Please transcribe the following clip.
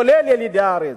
כולל ילידי הארץ,